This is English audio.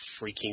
freaking